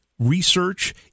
research